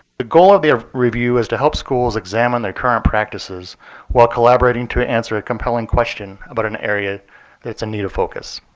the goal of the review is to help schools examine their current practices while collaborating to answer a compelling question about an area that's in need of focus.